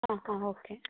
ಹಾಂ ಹಾಂ ಓಕೆ